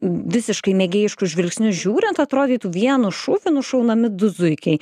visiškai mėgėjišku žvilgsniu žiūrint atrodytų vienu šūviu nušaunami du zuikiai